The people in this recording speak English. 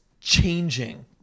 changing